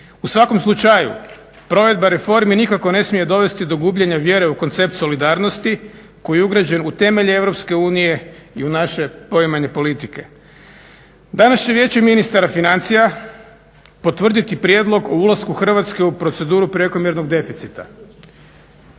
U svakom slučaju provedba reformi nikako ne smije dovesti do gubljenja vjere u koncept solidarnosti koji je ugrađen u temelje Europske unije i u naše poimanje politike. Danas će Vijeće ministara financija potvrditi prijedlog o ulasku Hrvatske u proceduru prekomjernog deficita.